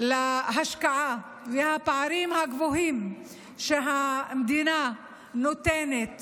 להשקעה והפערים הגבוהים במה שהמדינה נותנת